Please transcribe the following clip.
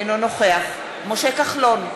אינו נוכח משה כחלון,